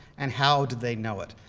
and how did they know it?